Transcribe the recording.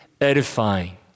edifying